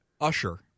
Usher